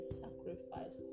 sacrifice